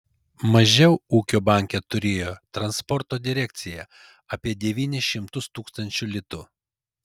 mažiau ūkio banke turėjo transporto direkcija apie devynis šimtus tūkstančių litų